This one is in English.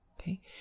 Okay